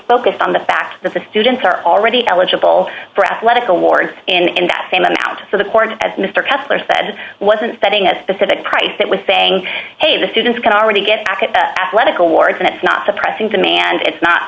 focused on the fact that the students are already eligible for athletic awards and that same amount so the court as mr kessler said wasn't setting a specific price that was saying hey the students can already get back at athletic awards and it's not suppressing demand it's not